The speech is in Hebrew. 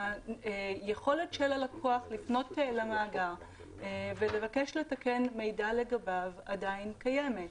היכולת של הלקוח לפנות למאגר ולבקש לתקן מידע לגביו עדיין קיימת.